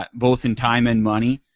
but both in time and money,